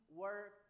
work